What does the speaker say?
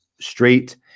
straight